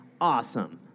Awesome